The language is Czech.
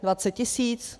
Dvacet tisíc?